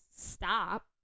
stop